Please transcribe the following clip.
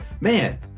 man